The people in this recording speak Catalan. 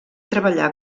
treballà